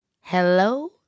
hello